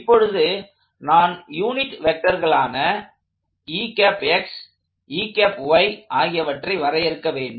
இப்பொழுது நான் யூனிட் வெக்டர்களான ஆகியவற்றை வரையறுக்க வேண்டும்